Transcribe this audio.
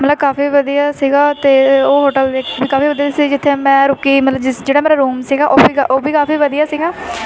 ਮਤਲਬ ਕਾਫੀ ਵਧੀਆ ਸੀਗਾ ਅਤੇ ਉਹ ਹੋਟਲ ਵੀ ਕਾਫੀ ਵਧੀਆ ਸੀ ਜਿੱਥੇ ਮੈਂ ਰੁਕੀ ਮਤਲਬ ਜਿਸ ਜਿਹੜਾ ਮੇਰਾ ਰੂਮ ਸੀਗਾ ਉਹ ਵੀ ਉਹ ਵੀ ਕਾਫੀ ਵਧੀਆ ਸੀਗਾ